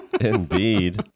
Indeed